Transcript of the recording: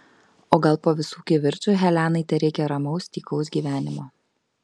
o gal po visų kivirčų helenai tereikia ramaus tykaus gyvenimo